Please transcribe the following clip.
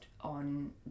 on